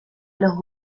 los